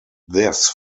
this